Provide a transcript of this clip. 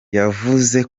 yavuze